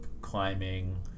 climbing